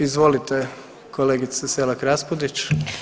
Izvolite kolegice Selak Raspudić.